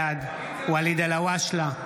בעד ואליד אלהואשלה,